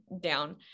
down